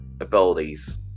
abilities